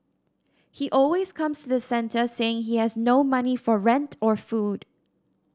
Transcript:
he always comes to the centre saying he has no money for rent or food